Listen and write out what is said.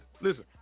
Listen